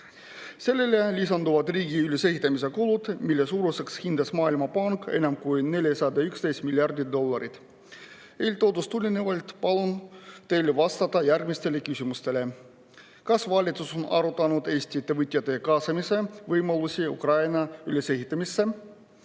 Sellele lisanduvad riigi ülesehitamise kulud, mille suuruseks hindas Maailmapank enam kui 411 miljardit dollarit. Eeltoodust tulenevalt palun teil vastata järgmistele küsimustele. Kas valitsus on arutanud Eesti ettevõtjate kaasamise võimalusi Ukraina ülesehitamisse?